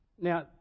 Now